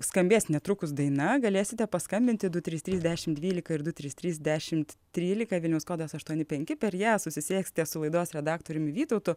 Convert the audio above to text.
skambės netrukus daina galėsite paskambinti du trys trys dešimt dvylika ir du trys trys dešimt trylika vilniaus kodas aštuoni penki per ją susisieksite su laidos redaktoriumi vytautu